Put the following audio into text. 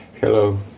Hello